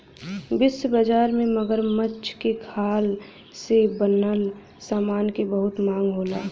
विश्व बाजार में मगरमच्छ के खाल से बनल समान के बहुत मांग होला